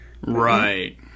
Right